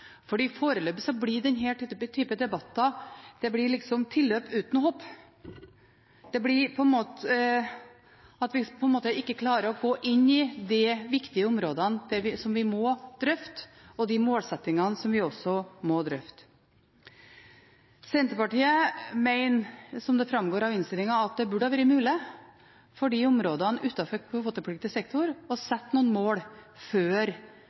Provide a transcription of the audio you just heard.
foreløpig blir denne type debatter liksom tilløp uten hopp, at vi på en måte ikke klarer å gå inn i de viktige områdene som vi må drøfte, og de målsettingene som vi også må drøfte. Senterpartiet mener, som det framgår av innstillingen, at det burde ha vært mulig for områdene utenfor kvotepliktig sektor å sette noen mål før